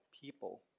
people